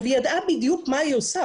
היא ידעה בדיוק מה היא עושה.